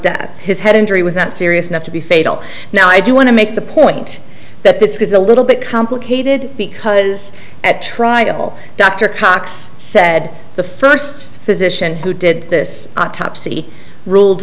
death his head injury was not serious enough to be fatal now i do want to make the point that this is a little bit complicated because at trial dr cox said the first physician who did this autopsy ruled